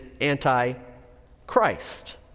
anti-Christ